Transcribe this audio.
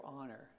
honor